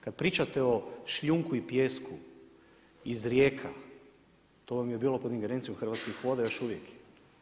Kad pričate o šljunku i pijesku iz rijeka, to vam je bilo pod ingerencijom Hrvatskih voda i još uvijek je.